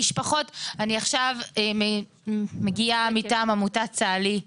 אני עכשיו מגיעה מטעם עמותת צהלי.